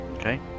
okay